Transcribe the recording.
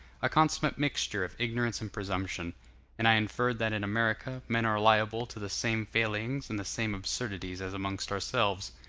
a consummate mixture of ignorance and presumption and i inferred that in america, men are liable to the same failings and the same absurdities as amongst ourselves.